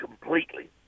completely